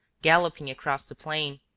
galloping across the plain,